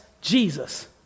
Jesus